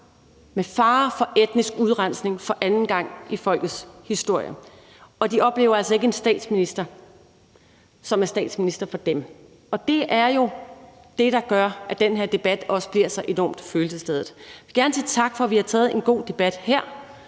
med fare for etnisk udrensning for anden gang i folkets historie, og de oplever altså ikke en statsminister, som er statsminister for dem. Og det er jo det, der gør, at den her debat også bliver så enormt følelsesladet. Jeg vil gerne sige tak for, at vi har taget en god debat her,